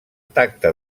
tacte